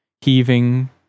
heaving